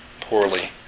poorly